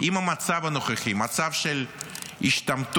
אם המצב הנוכחי, מצב של השתמטות